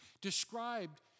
described